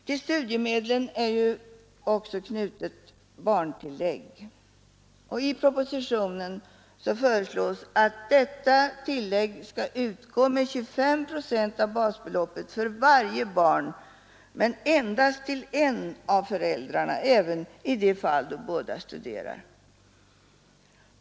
Till studiemedlen är också knutet barntillägg. I propositionen föreslås att detta tillägg skall utgå med 25 procent av basbeloppet för varje barn, men endast till en av föräldrarna, även i de fall då båda studerar.